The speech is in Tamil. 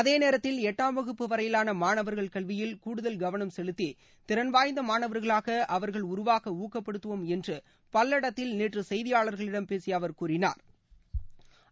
அதே நேரத்தில் எட்டாம் வகுப்பு வரையிலான மாணவர்கள் கல்வியில் கூடுதல் கவனம் செலுத்தி திறன் வாய்ந்த மாணவர்களாக அவர்கள் உருவாக ஊக்கப்படுத்துவோம் என்று பல்லடத்தில் நேற்று செய்தியாளா்களிடம் அவா் கூறினாா்